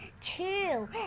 two